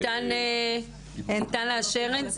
ניתן לה ---?